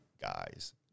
guys